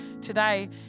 today